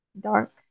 dark